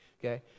Okay